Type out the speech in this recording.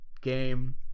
game